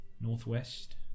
northwest